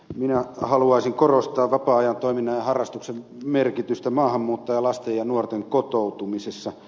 minä haluaisin korostaa vapaa ajantoiminnan ja harrastusten merkitystä maahanmuuttajalasten ja nuorten kotoutumisessa